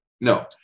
No